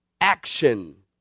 action